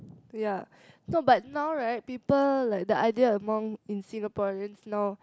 ya no but now right people like the idea among in Singaporeans now